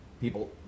People